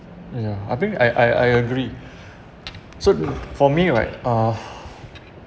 ya I think I I I agree so for me right uh